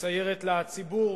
מציירת לציבור